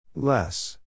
Less